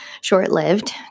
short-lived